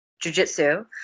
jujitsu